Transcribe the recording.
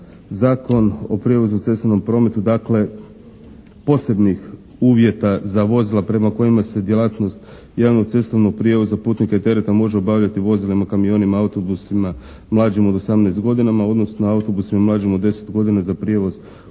Zakon o prijevozu u cestovnom prometu dakle posebnih uvjeta za vozila prema kojima se djelatnost javnog cestovnog prijevoza putnika i tereta može obavljati vozilima, kamionima, autobusima mlađima od osamnaest godina odnosno autobusima mlađim od deset godina za prijevoz učenika